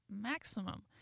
Maximum